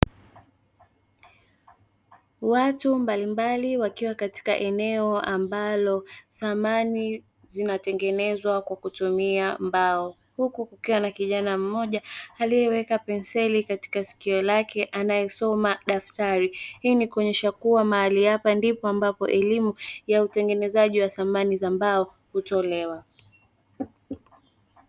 Watu mbalimbali wakiwa katika eneo ambalo samani zinatengenezwa kwa kutumia mbao, huku kukiwa na kijana mmoja aliyeweka penseli katika sikio lake anayesoma daftari. Hii ni kuonyesha kuwa mahali hapa ndipo ambapo elimu ya utengenezaji wa samani za mbao hutolewa.